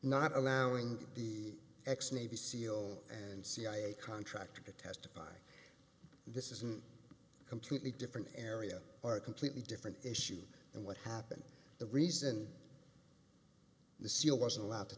not allowing the ex navy seal and cia contractor to testify this isn't a completely different area are a completely different issue than what happened the reason the seal was allowed to